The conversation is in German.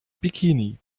bikini